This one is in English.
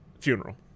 funeral